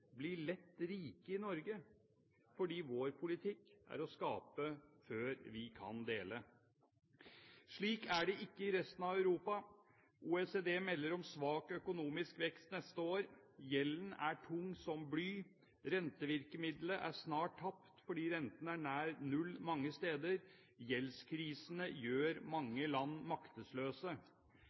blir lett rike i Norge, fordi vår politikk er å skape før vi kan dele. Slik er det ikke i resten av Europa. OECD melder om svak økonomisk vekst neste år. Gjelden er tung som bly. Rentevirkemiddelet er snart tapt fordi renten er nær null mange steder. Gjeldskrisene gjør mange land